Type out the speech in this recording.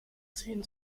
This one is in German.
ziehen